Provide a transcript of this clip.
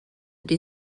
die